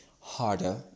harder